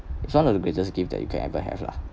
it's one of the greatest gift that you can ever have lah